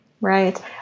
Right